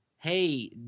Hey